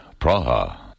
Praha